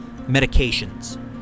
medications